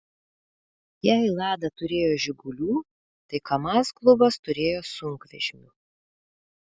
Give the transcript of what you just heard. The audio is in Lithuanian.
jei lada turėjo žigulių tai kamaz klubas turėjo sunkvežimių